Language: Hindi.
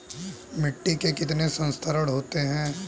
मिट्टी के कितने संस्तर होते हैं?